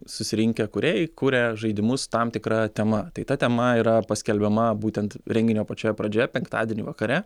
susirinkę kūrėjai kuria žaidimus tam tikra tema tai ta tema yra paskelbiama būtent renginio pačioje pradžioje penktadienį vakare